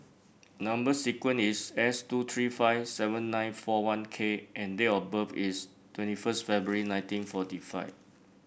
number sequence is S two three five seven nine four one K and date of birth is twenty first February nineteen forty five